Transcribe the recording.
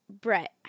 Brett